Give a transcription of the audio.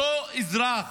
אותו אזרח,